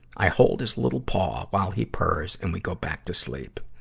i hold his little paw, while he purrs and we go back to sleep.